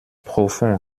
profond